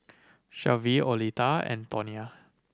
Shelvie Oleta and Tonia